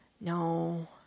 No